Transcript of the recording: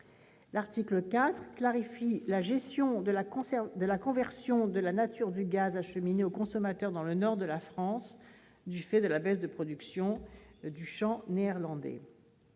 l'article 4 clarifie la gestion de la conversion de la nature du gaz acheminé aux consommateurs dans le nord de la France, du fait de la baisse de la production du champ néerlandais.